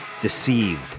Deceived